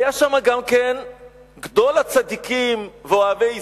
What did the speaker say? היה שם גם כן גדול הצדיקים ואוהבי ישראל,